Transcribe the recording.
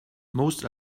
most